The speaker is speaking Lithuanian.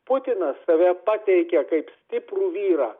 putinas save pateikia kaip stiprų vyrą